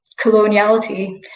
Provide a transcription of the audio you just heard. coloniality